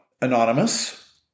anonymous